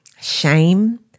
shame